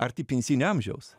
arti pensinio amžiaus